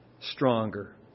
stronger